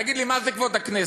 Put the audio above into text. תגיד לי, מה זה כבוד הכנסת?